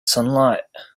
sunlight